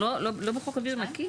אנחנו לא בחוק אוויר נקי?